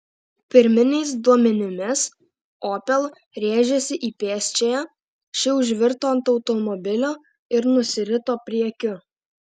pirminiais duomenimis opel rėžėsi į pėsčiąją ši užvirto ant automobilio ir nusirito priekiu